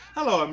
Hello